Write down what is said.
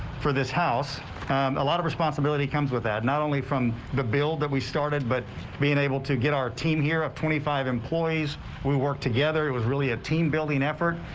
for this a lot of responsibility comes with that not only from the bill that we started but being able to get our team here up twenty five employees we work together it was really a team building effort.